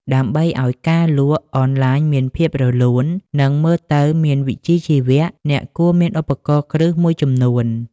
ដើម្បីឱ្យការលក់អនឡាញមានភាពរលូន និងមើលទៅមានវិជ្ជាជីវៈ អ្នកគួរមានឧបករណ៍គ្រឹះមួយចំនួន។